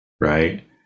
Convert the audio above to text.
right